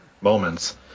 moments